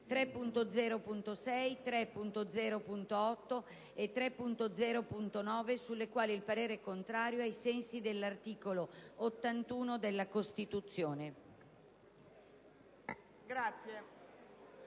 3.0.6, 3.0.8 e 3.0.9 sulle quali il parere è contrario ai sensi dell'articolo 81 della Costituzione».